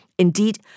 Indeed